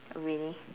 really